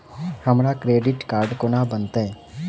हमरा credit card कोना बनतै?